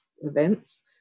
events